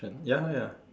ya ya